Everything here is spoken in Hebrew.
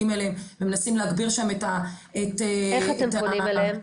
אליהם ומנסים להגביר שם את -- איך אתם פונים אליהם?